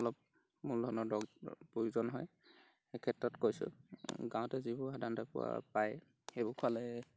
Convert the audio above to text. অলপ মূলধনৰ দৰ প্ৰয়োজন হয় সেই ক্ষেত্ৰত কৈছোঁ গাঁৱতে যিবোৰ সাধাৰণতে পোৱা পায় সেইবোৰ খোৱালে